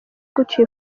gutyo